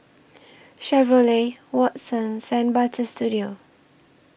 Chevrolet Watsons and Butter Studio